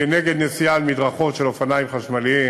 נגד נסיעה על מדרכות של אופניים חשמליים